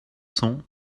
cents